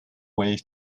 way